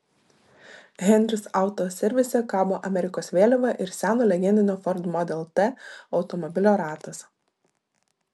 henris auto servise kabo amerikos vėliava ir seno legendinio ford model t automobilio ratas